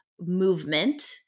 movement